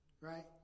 Right